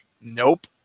Nope